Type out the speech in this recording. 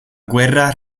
guerra